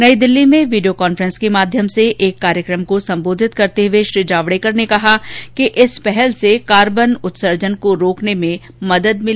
नई दिल्ली में video conference के माध्यम से एक कार्यक्रम को संबोधित करते हुए श्री जावड़ेकर ने कहा कि इस पहल से कार्बन उत्सर्जन को रोकने में मदद मिलेगी और ऊर्जा की भी बचत होगी